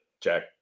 jack